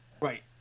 Right